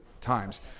times